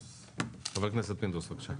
חבר הכנסת פינדרוס, בבקשה.